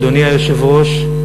אדוני היושב-ראש,